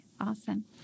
Awesome